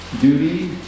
duty